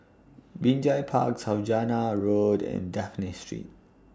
Binjai Park Saujana Road and Dafned Street